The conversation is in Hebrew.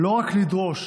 לא רק לדרוש